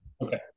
Okay